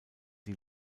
die